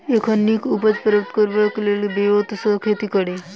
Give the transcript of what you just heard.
एखन नीक उपज प्राप्त करबाक लेल केँ ब्योंत सऽ खेती कड़ी?